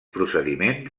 procediment